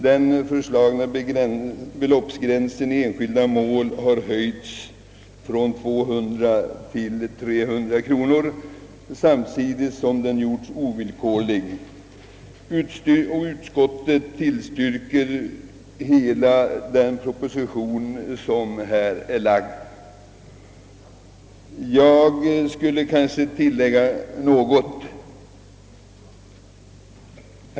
Den föreslagna beloppsgränsen i enskilt mål har sålunda höjts från 200 till 300 kronor, samtidigt som den gjorts ovillkorlig. Utskottets majoritet tillstyrker härvidlag den framlagda propositionen i dess helhet.